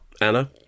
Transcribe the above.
Anna